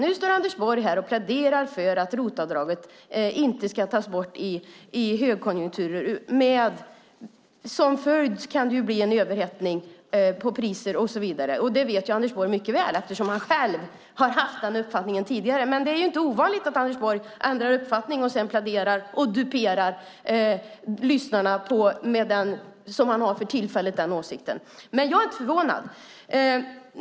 Nu står Anders Borg här och pläderar för att ROT-avdraget inte ska tas bort i högkonjunktur. Som följd kan det bli överhettning på priser och så vidare, och det vet Anders Borg mycket väl, eftersom han själv har haft den uppfattningen tidigare. Men det är inte ovanligt att Anders Borg ändrar uppfattning och sedan pläderar och duperar lyssnarna med den åsikt som han har för tillfället. Jag är inte förvånad.